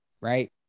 right